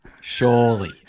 Surely